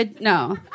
No